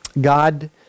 God